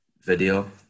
video